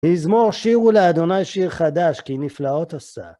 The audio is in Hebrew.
מזמור שיר לה' שיר חדש, כי נפלאות עושה.